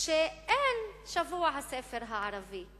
שאין שבוע הספר הערבי בכנסת,